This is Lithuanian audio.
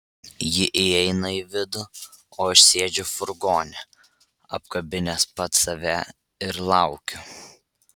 ji įeina į vidų o aš sėdžiu furgone apkabinęs pats save ir laukiu